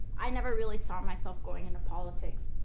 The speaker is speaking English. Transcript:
i never really saw myself going into politics.